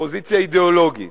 אופוזיציה אידיאולוגית,